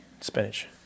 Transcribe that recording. spinach